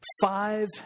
five